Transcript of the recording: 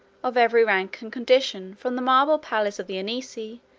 of every rank and condition from the marble palace of the anicii,